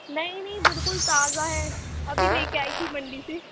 نہیں نہیں بالکل تازہ ہے ابھی لے کے آئی تھی منڈی سے